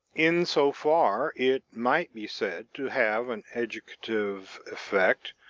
in so far, it might be said to have an educative effect.